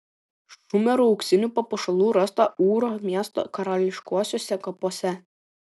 šumerų auksinių papuošalų rasta ūro miesto karališkuosiuose kapuose